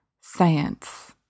science